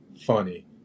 funny